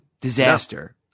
Disaster